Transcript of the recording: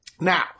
Now